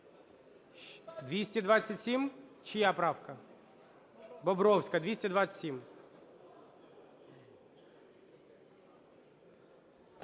227? Чия правка? Бобровська, 227.